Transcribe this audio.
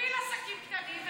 שמוביל עסקים קטנים.